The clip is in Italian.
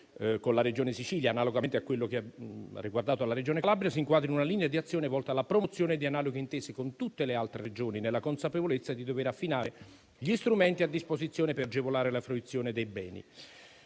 con la Regione Siciliana, analogamente a quello che ha riguardato la Regione Calabria - si inquadra in una linea di azione volta alla promozione di analoghe intese con tutte le altre Regioni, nella consapevolezza di dover affinare gli strumenti a disposizione per agevolare la fruizione dei beni.